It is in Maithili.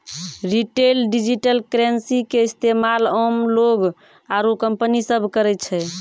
रिटेल डिजिटल करेंसी के इस्तेमाल आम लोग आरू कंपनी सब करै छै